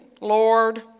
Lord